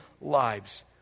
lives